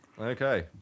Okay